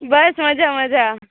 બસ મજા મજા